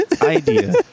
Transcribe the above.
idea